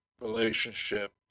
relationship